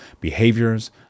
behaviors